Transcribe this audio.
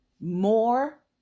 more